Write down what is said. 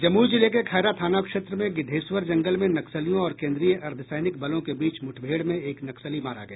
जमुई जिले के खैरा थाना क्षेत्र में गिद्देश्वर जंगल में नक्सलियों और केन्द्रीय अर्द्वसैनिक बलों के बीच मुठभेड़ में एक नक्सली मारा गया